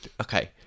Okay